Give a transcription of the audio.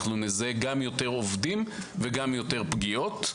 אנחנו נזהה גם יותר עובדים וגם יותר פגיעות.